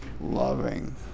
loving